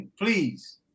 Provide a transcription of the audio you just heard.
please